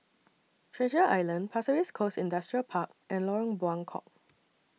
Treasure Island Pasir Ris Coast Industrial Park and Lorong Buangkok